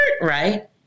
right